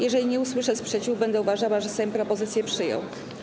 Jeżeli nie usłyszę sprzeciwu, będę uważała, że Sejm propozycję przyjął.